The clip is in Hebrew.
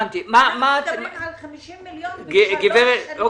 איך מדברים על 50 מיליון בשלוש שנים?